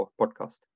podcast